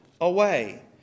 away